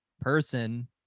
person